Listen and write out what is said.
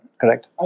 Correct